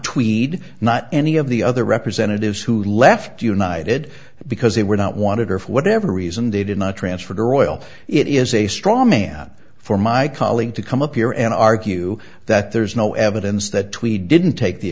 tweed not any of the other representatives who left united because they were not wanted or for whatever reason they did not transferred arroyo it is a straw man for my colleague to come up here and argue that there's no evidence that tweed didn't take the